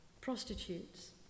prostitutes